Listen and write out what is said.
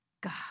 God